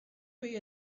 pay